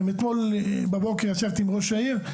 ואתמול בבוקר ישבתי עם ראש העיר,